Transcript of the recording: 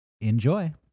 Enjoy